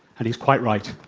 and he's quite right.